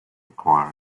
require